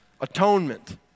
Atonement